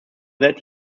that